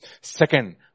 Second